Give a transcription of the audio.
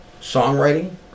Songwriting